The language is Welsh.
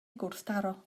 gwrthdaro